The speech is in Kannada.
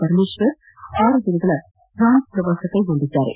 ಪರಮೇಶ್ವರ್ ಆರು ದಿನಗಳ ಫ್ರಾನ್ಸ್ ಪ್ರವಾಸ ಕೈಗೊಂಡಿದ್ದಾರೆ